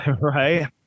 Right